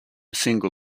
single